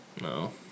No